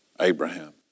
Abraham